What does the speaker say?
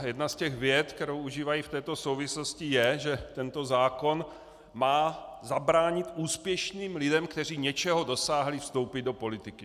Jedna z těch vět, kterou užívají v této souvislosti, je, že tento zákon má zabránit úspěšným lidem, kteří něčeho dosáhli, vstoupit do politiky.